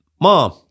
mom